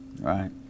right